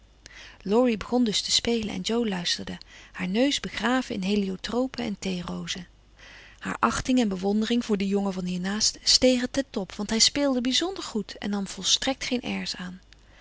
laurie begon dus te spelen en jo luisterde haar neus begraven in heliotropen en theerozen haar achting en bewondering voor die jongen van hiernaast stegen ten top want hij speelde bijzonder goed en nam volstrekt geen airs aan